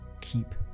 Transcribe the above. Keep